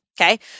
Okay